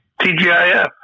TGIF